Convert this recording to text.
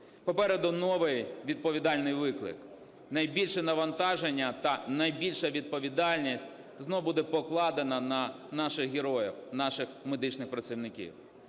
Попереду новий відповідальний виклик. Найбільше навантаження та найбільша відповідальність знову буде покладена на наших героїв – наших медичних працівників.